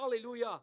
Hallelujah